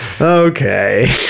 Okay